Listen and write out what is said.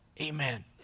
amen